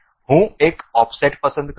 હું એક ઓફસેટ પસંદ કરીશ